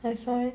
that's why